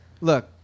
look